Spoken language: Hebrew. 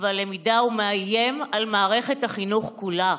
והלמידה ומאיים על מערכת החינוך כולה.